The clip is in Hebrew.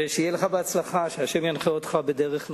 שיהיה לך בהצלחה, שהשם ינחה אותך בדרך נכונה.